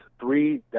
three